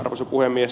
arvoisa puhemies